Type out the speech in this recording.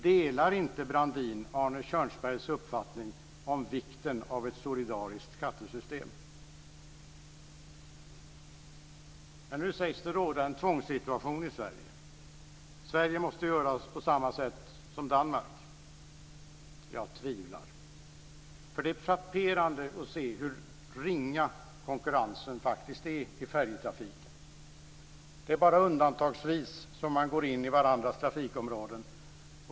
Delar inte Brandin Arne Kjörnsbergs uppfattning om vikten av ett solidariskt skattesystem? Nu sägs det råda en tvångssituation i Sverige. Sverige måste göra på samma sätt som Danmark. Jag tvivlar. Det är frapperande hur ringa konkurrensen är i färjetrafiken. Bara undantagsvis går man in på varandras trafikområden.